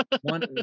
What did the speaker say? One